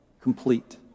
complete